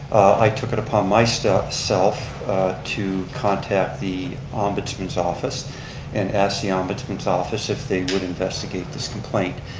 i took it upon myself so myself to contact the ombudsman's office and ask the ombudsman's office if they would investigate this complaint.